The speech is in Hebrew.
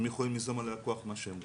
הם יכולים ליזום על הלקוח מה שהם רוצים.